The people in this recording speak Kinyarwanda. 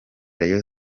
rayon